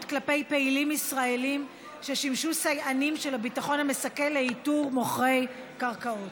עם פעילים ישראלים ששימשו סייענים של הביטחון המסכל לאיתור מוכרי קרקעות,